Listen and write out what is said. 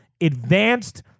advanced